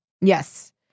Yes